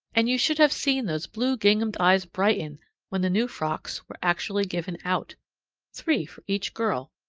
and you should have seen those blue ginghamed eyes brighten when the new frocks were actually given out three for each girl,